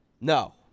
No